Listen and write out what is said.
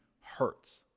hurts